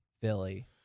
Philly